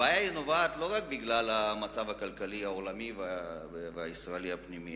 הבעיה נובעת לא רק מהמצב הכלכלי העולמי והישראלי הפנימי,